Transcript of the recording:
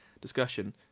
discussion